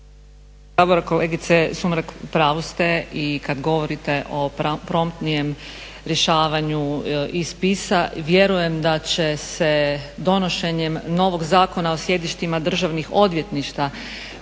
kolegice Sumrak u pravu ste i kad govorite o promptnijem rješavanju i spisa vjerujem da će se donošenjem novog Zakona o sjedištima državnih odvjetništava